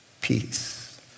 Peace